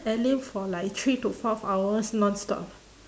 alyn for like three to four hours nonstop